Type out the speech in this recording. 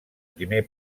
primer